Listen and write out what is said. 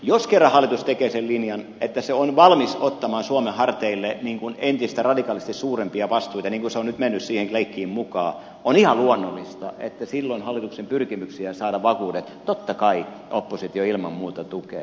jos kerran hallitus tekee sen linjan että se on valmis ottamaan suomen harteille entistä radikaalisti suurempia vastuita niin kuin se on mennyt nyt siihen leikkiin mukaan on ihan luonnollista että silloin hallituksen pyrkimyksiä saada vakuudet totta kai oppositio ilman muuta tukee